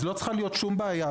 אז לא צריכה להיות שום בעיה.